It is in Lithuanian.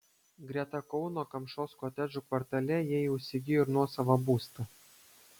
greta kauno kamšos kotedžų kvartale jie jau įsigijo ir nuosavą būstą